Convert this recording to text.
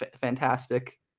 fantastic